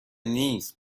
نیست